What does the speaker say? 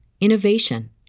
innovation